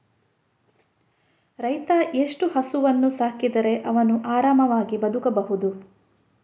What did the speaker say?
ರೈತ ಎಷ್ಟು ಹಸುವನ್ನು ಸಾಕಿದರೆ ಅವನು ಆರಾಮವಾಗಿ ಬದುಕಬಹುದು?